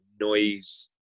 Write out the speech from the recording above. noise